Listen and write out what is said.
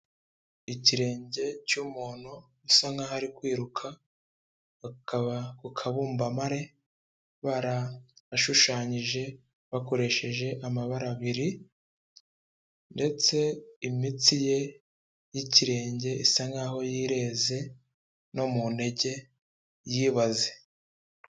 Ikirenge cy'umuntu usa nkaho ari kwiruka, bakaba ku kabumbambari barahashushanyije bakoresheje amabara abiri ndetse imitsi ye y'ikirenge isa nk'aho yireze no mu ntege yibaze.